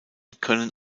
können